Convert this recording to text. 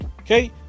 okay